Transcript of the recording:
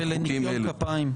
ולניקיון כפיים.